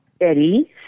Eddie